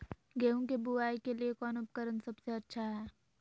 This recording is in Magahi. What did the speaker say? गेहूं के बुआई के लिए कौन उपकरण सबसे अच्छा है?